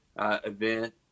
event